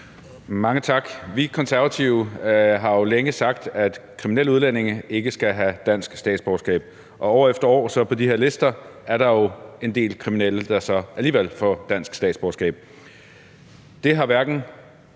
Mange tak. Vi konservative har jo længe sagt, at kriminelle udlændinge ikke skal have dansk statsborgerskab, og år efter år er der på de her lister en del kriminelle, der så alligevel får dansk statsborgerskab. Det har hverken